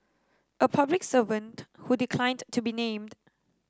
a public servant who declined to be named